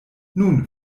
nun